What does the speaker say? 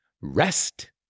Rest